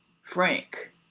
Frank